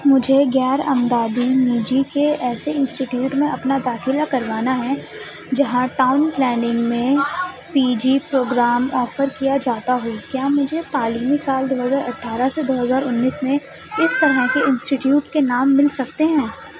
مجھے غیر امدادی نجی کے ایسے انسٹیٹیوٹ میں اپنا داخلہ کروانا ہے جہاں ٹاؤن پلاننگ میں پی جی پروگرام آفر کیا جاتا ہے کیا مجھے تعلیمی سال دو ہزار اٹھارہ سے دو ہزار انیس میں اس طرح کے انسٹیٹیوٹ کے نام مل سکتے ہیں